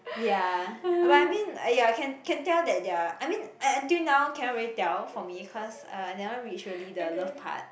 ya but I mean uh ya can can tell that they are I mean un~ until now cannot really tell for me cause uh never reach really the love part